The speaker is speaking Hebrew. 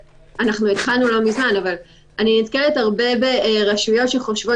התחלנו לא מזמן אבל אני נתקלת הרבה ברשויות שחושבות